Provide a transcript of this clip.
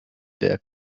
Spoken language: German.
der